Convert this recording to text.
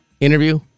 interview